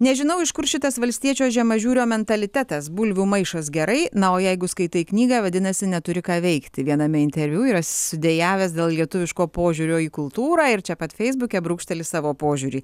nežinau iš kur šitas valstiečio žemažiūrio mentalitetas bulvių maišas gerai na o jeigu skaitai knygą vadinasi neturi ką veikti viename interviu yra sudejavęs dėl lietuviško požiūrio į kultūrą ir čia pat feisbuke brūkšteli savo požiūrį